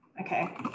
Okay